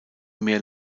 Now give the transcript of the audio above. mehr